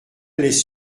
laisse